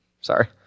sorry